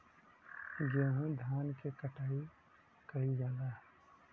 गेंहू धान क कटाई कइल जाला